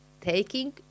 Taking